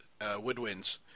woodwinds